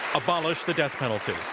abolish the death penalty.